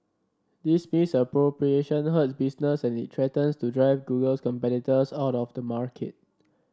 this misappropriation hurts business and it threatens to drive Google's competitors out of the market